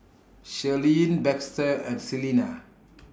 Shirleen Baxter and Celena